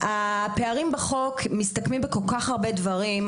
הפערים בחוק מסתכמים בכל כך הרבה דברים,